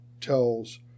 tells